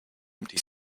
empty